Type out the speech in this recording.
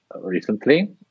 recently